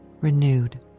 renewed